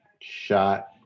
shot